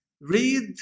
read